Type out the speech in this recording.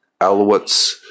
Alouettes